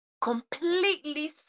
completely